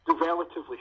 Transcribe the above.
relatively